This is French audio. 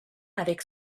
avec